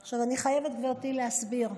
עכשיו, אני חייבת, גברתי, להסביר.